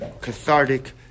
cathartic